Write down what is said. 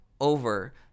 over